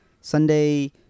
Sunday